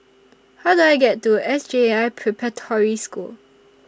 How Do I get to S J I Preparatory School